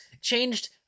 changed